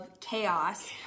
Chaos